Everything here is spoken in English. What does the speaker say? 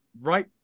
right